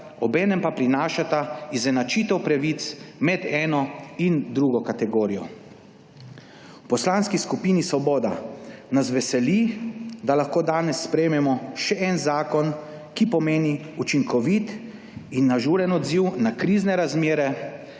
obenem pa prinašata izenačitev pravic med eno in drugo kategorijo. V Poslanski skupini Svoboda nas veseli, da lahko danes sprejmemo še eden zakon, ki pomeni učinkovit in ažuren odziv na krizne razmere